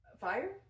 Fire